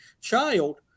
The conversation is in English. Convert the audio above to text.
child